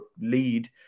lead